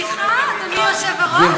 סליחה, אדוני היושב-ראש.